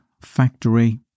factory